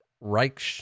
Reich